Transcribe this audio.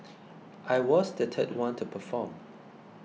I was the third one to perform